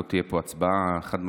לא תהיה פה הצבעה חד-משמעית,